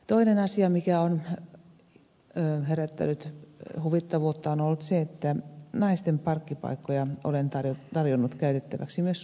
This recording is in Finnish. toinen asia mikä on herättänyt huvittavuutta on ollut se että naisten parkkipaikkoja olen tarjonnut käytettäväksi myös suomessa